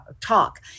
talk